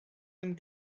aime